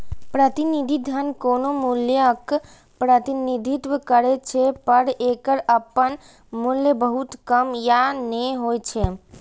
प्रतिनिधि धन कोनो मूल्यक प्रतिनिधित्व करै छै, पर एकर अपन मूल्य बहुत कम या नै होइ छै